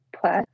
plus